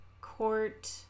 court